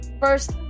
first